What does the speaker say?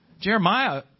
Jeremiah